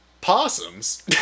possums